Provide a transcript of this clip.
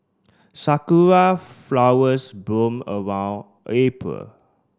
Sakura flowers bloom around April